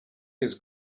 his